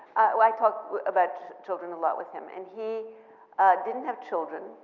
i talked about children a lot with him and he didn't have children.